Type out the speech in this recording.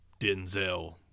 Denzel